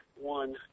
one